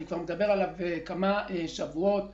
אני מדבר עליו כבר כמה שבועות.